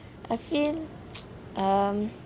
I feel um